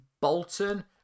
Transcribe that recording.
Bolton